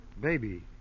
baby